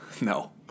No